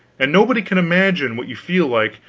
and nobody can imagine what you feel like,